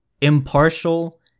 impartial